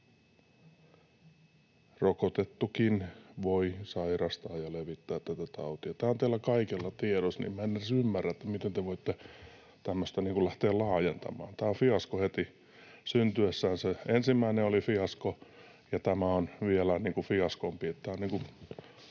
rokotettukin voi sairastaa ja levittää tätä tautia. Tämä on teillä kaikilla tiedossa. Minä en edes ymmärrä, miten te voitte tämmöistä lähteä laajentamaan. Tämä on fiasko heti syntyessään. Se ensimmäinen oli fiasko, ja tämä on vielä fiaskompi.